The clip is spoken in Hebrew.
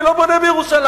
אני לא בונה בירושלים.